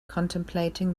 contemplating